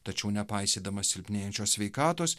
tačiau nepaisydamas silpnėjančios sveikatos